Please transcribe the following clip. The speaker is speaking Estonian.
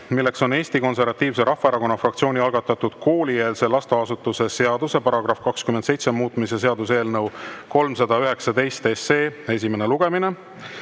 milleks on Eesti Konservatiivse Rahvaerakonna fraktsiooni algatatud koolieelse lasteasutuse seaduse § 27 muutmise seaduse eelnõu 319 esimene lugemine,